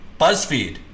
BuzzFeed